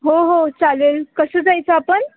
हो हो चालेल कसं जायचं आपण